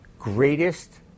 greatest